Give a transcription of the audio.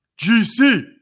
GC